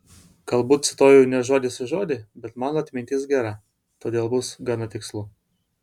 galbūt cituoju ne žodis į žodį bet mano atmintis gera todėl bus gana tikslu